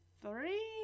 three